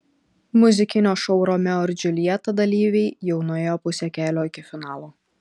muzikinio šou romeo ir džiuljeta dalyviai jau nuėjo pusę kelio iki finalo